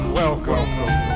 welcome